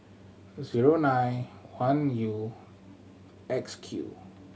zero nine one U X Q